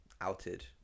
outed